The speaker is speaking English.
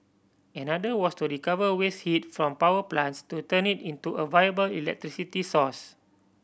another was to recover waste heat from power plants to turn it into a viable electricity source